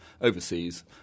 overseas